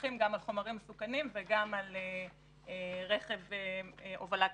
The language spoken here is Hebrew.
מפקחים גם על חומרים מסוכנים וגם על רכב הובלה כללי.